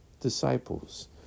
disciples